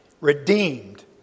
redeemed